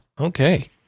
Okay